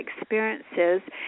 experiences